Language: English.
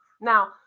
now